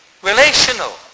Relational